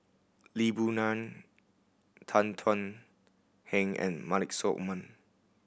Lee Boon Ngan Tan Thuan Heng and Maliki Osman